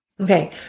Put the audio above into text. okay